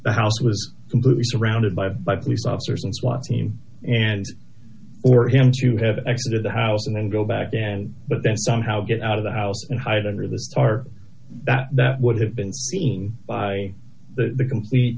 the house was completely surrounded by by police officers and swat team and or him to have access to the house and then go back and but then somehow get out of the house and hide under the star that would have been seen by the complete